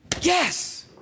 Yes